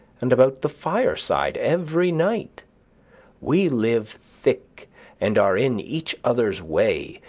and about the fireside every night we live thick and are in each other's way,